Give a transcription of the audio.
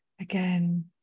Again